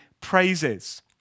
praises